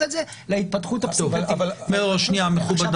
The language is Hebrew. את זה להתפתחות הפסיקתית --- מכובדיי,